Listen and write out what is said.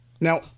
Now